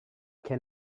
can